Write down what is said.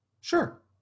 Sure